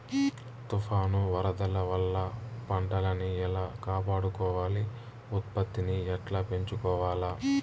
తుఫాను, వరదల వల్ల పంటలని ఎలా కాపాడుకోవాలి, ఉత్పత్తిని ఎట్లా పెంచుకోవాల?